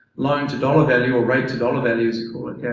loan to dollar value or rate to dollar values according yeah